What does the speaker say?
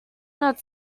not